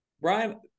Brian